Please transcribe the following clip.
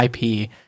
IP